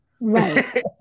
Right